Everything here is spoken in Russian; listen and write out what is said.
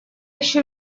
еще